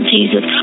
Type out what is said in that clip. Jesus